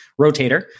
rotator